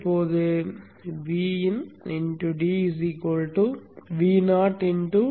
இப்போது dVod